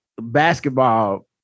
basketball